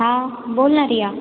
हां बोल ना रिया